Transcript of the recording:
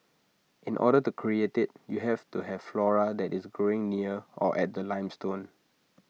in order to create IT you have to have flora that is growing near or at the limestone